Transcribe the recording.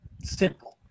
simple